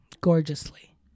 gorgeously